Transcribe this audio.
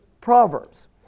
Proverbs